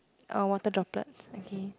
or water droplets okay